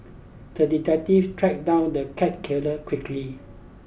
the detective tracked down the cat killer quickly